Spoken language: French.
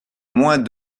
moins